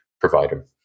provider